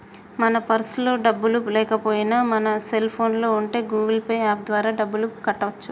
మన పర్సులో డబ్బులు లేకపోయినా మన సెల్ ఫోన్లో ఉండే గూగుల్ పే యాప్ ద్వారా డబ్బులు కట్టవచ్చు